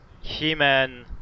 He-Man